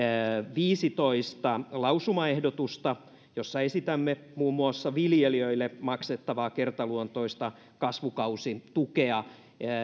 viisitoista lausumaehdotusta joissa esitämme muun muassa viljelijöille maksettavaa kertaluontoista kasvukausitukea